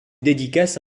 dédicace